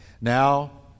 Now